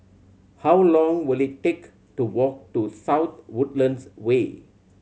how long will it take to walk to South Woodlands Way